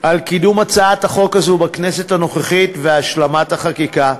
על קידום הצעת החוק הזאת בכנסת הנוכחית והשלמת החקיקה,